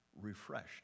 refreshed